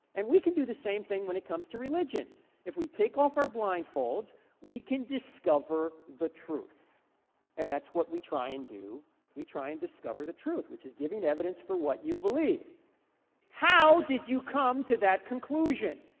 and we can do the same thing when it comes to religion if we take off our blindfolds we can discover the truth and that's what we try and do we try and discover the truth, which is giving evidence for what you believe how did you come to that conclusion?